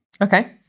Okay